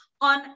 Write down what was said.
on